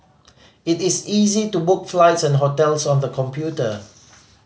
it is easy to book flights and hotels on the computer